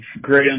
great